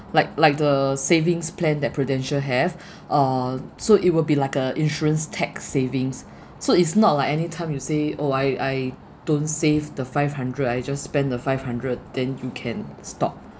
like like the savings plan that Prudential have uh so it will be like a insurance tax savings so it's not like anytime you say oh I I don't save the five hundred I just spend the five hundred then you can stop